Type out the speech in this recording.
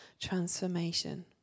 transformation